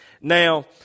Now